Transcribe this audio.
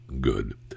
good